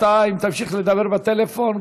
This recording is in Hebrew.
אם תמשיך לדבר בטלפון,